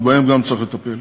וגם בהם צריך לטפל.